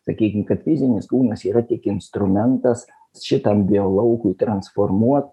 sakykim kad fizinis kūnas yra tik instrumentas šitam bio laukui transformuot